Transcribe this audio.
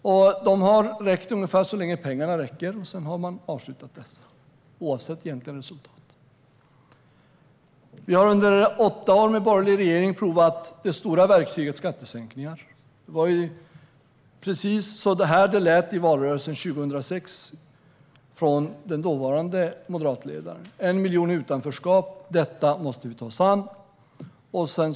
Projekten har pågått så länge som pengarna har räckt, sedan har man avslutat projekten, oavsett egentliga resultat. Under åtta år med borgerlig regering provade vi det stora verktyget, skattesänkningar. Det var så det lät under valrörelsen 2006 från den dåvarande moderatledaren. Det fanns 1 miljon i utanförskap som man måste ta sig an.